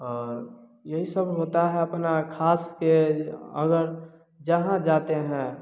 और यही सब होता है अपना खास से अगर जहाँ जाते हैं